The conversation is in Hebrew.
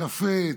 קפה?